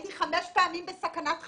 חמש פעמים הייתי בסכנת חיים,